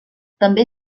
també